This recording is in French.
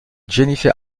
jennifer